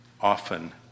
often